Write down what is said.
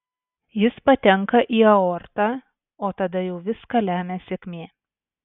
jis patenka į aortą o tada jau viską lemia sėkmė